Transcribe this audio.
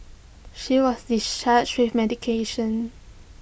she was discharged with medication